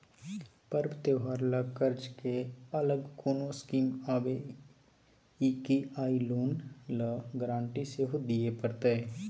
पर्व त्योहार ल कर्ज के अलग कोनो स्कीम आबै इ की आ इ लोन ल गारंटी सेहो दिए परतै?